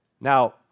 Now